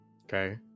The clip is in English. Okay